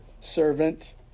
servant